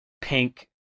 pink